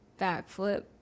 backflip